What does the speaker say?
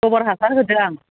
गबर हासार होदो आं